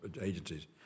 agencies